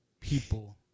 people